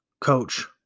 coach